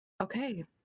Okay